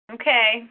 Okay